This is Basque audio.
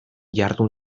jardun